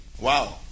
Wow